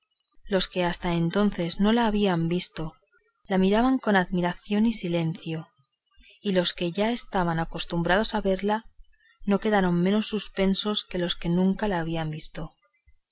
los que hasta entonces no la habían visto la miraban con admiración y silencio y los que ya estaban acostumbrados a verla no quedaron menos suspensos que los que nunca la habían visto